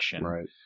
Right